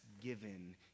given